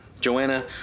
Joanna